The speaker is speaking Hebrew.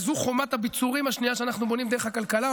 וזו חומת הביצורים השנייה שאנחנו בונים דרך הכלכלה,